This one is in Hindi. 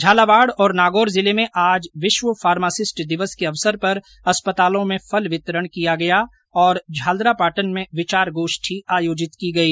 झालावाड़ और नागौर जिले में आज विश्व फार्मासिस्ट दिवस के अवसर पर अस्पतालों में फल वितरण किया गया और झालरापाटन में विचार गोष्ठी आयोजित की गई